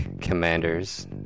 Commanders